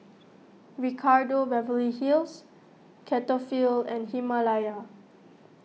Ricardo Beverly Hills Cetaphil and Himalaya